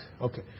okay